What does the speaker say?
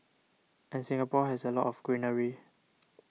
and Singapore has a lot of greenery